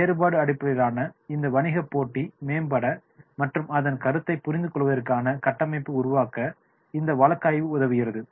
வேறுபாடு அடிப்படையிலான இந்த வணிக போட்டி மேம்பட மற்றும் அதன் கருத்தைப் புரிந்துகொள்வதற்கான கட்டமைப்பை உருவாக்க இந்த வழக்காய்வு உதவுகிறது